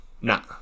Nah